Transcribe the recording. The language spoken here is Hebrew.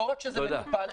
לא רק שזה מטופל,